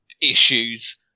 issues